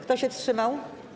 Kto się wstrzymał?